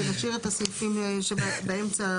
ונשאיר את הסעיפים שבאמצע,